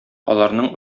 аларның